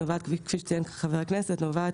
כפי שציין חבר הכנסת, נובעים